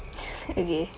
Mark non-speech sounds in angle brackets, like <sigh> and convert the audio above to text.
<laughs> okay